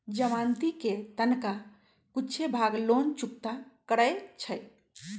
जमानती कें तनका कुछे भाग लोन चुक्ता करै छइ